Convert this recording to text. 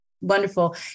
Wonderful